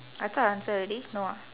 I thought I answer already no ah